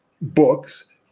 books